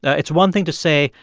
it's one thing to say,